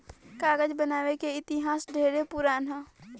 कागज बनावे के इतिहास ढेरे पुरान ह